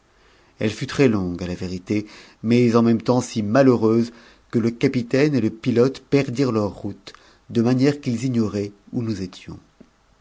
elle fut très tongue à la vérité mais en ême temps si malheureuse que le capitaine et le pilote perdirent eur route de manière qu'ils ignoraient où nous étions